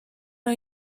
are